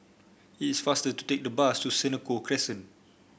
it is faster to take the bus to Senoko Crescent